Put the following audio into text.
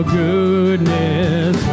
goodness